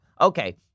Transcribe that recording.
Okay